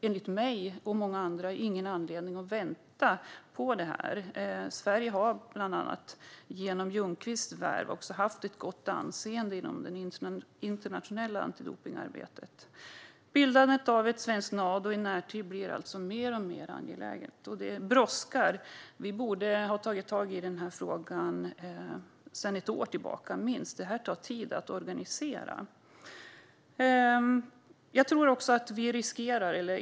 Enligt mig och många andra finns det ingen anledning att vänta. Genom Ljungqvists värv har Sverige haft ett gott anseende inom det internationella antidopningsarbetet. Bildandet av ett svenskt Nado i närtid blir alltså mer och mer angeläget, och det brådskar. Vi borde ha tagit tag i den här frågan för minst ett år sedan. Det här tar tid att organisera.